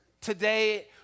Today